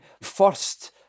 first